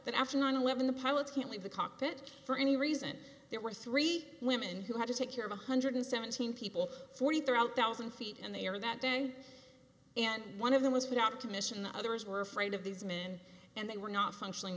that after nine eleven the pilots can't leave the cockpit for any reason there were three women who had to take care of one hundred seventeen people forty throughout thousand feet and they were that day and one of them was put out of commission the others were afraid of these men and they were not functioning